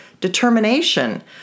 determination